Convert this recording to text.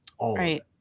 Right